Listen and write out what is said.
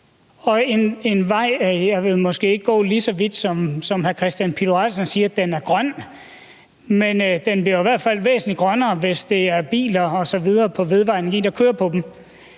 på de veje. Jeg vil måske ikke gå så vidt som hr. Kristian Pihl Lorentzen og sige, at en vej er grøn, men den bliver i hvert fald væsentlig grønnere, hvis det er biler på vedvarende energi, der kører på den.